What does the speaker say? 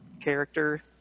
character